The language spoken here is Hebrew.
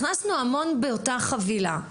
הכנסנו המון באותה חבילה.